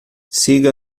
siga